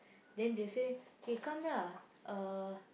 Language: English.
then they say okay come lah uh